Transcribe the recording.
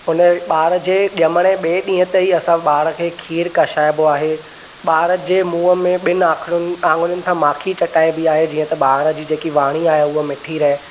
उन ॿार जे ॼमण जे ॿिए ॾींहं ते ई असां ॿार खे खीरु कछाइबो आहे ॿार जे मुंहं में ॿिनि आखिरुनि आङिरियुनि सां माखी चटाइबी आहे जीअं त ॿार जी जेकी वाणी आहे उहा मिठी रहे